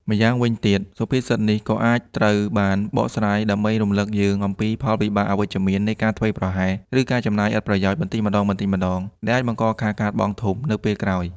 ម្យ៉ាងវិញទៀត សុភាសិតនេះក៏អាចត្រូវបានបកស្រាយដើម្បីរំលឹកយើងអំពី ផលវិបាកអវិជ្ជមាននៃការធ្វេសប្រហែស ឬការចំណាយឥតប្រយោជន៍បន្តិចម្តងៗ ដែលអាចបង្កការខាតបង់ធំនៅពេលក្រោយ។